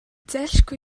зайлшгүй